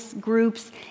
groups